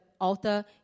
altar